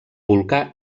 volcà